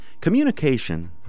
Communication